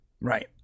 Right